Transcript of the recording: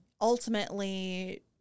ultimately